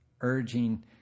urging